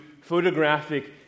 photographic